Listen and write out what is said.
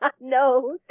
no